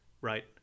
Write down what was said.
right